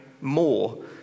more